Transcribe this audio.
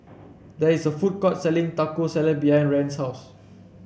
there is a food court selling Taco Salad behind Rand's house